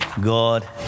God